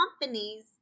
companies